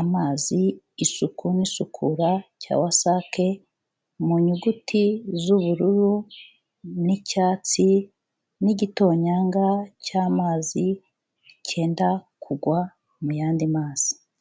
amazi isuku n'isukura cya WASAC mu nyuguti z'ubururu n'icyatsi, n'igitonyanga cy'amazi cyenda kugwa mu yandi mazi.